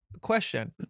question